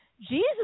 Jesus